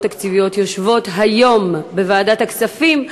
תקציביות יושבים היום בוועדת הכספים,